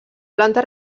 planta